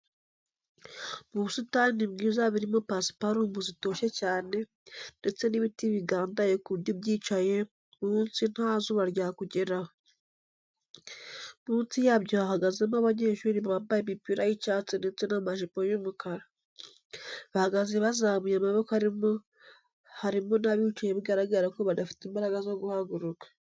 Mu busitani bwiza burimo pasiparumu zitoshye cyane ndetse n'ibiti bigandaye ku buryo ubyicaye munsi nta zuba ryakugeraho, munsi yabyo hahagazemo abanyeshuri bambaye imipira y'icyatsi ndetse n'amajipo y'umukara. Bahagaze bazamuye amaboko ariko harimo n'abicaye bigaragara ko badafite imbaraga zo guhaguruka.